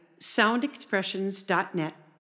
soundexpressions.net